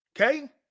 Okay